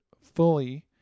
fully